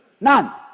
None